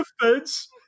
defense